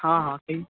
हँ हँ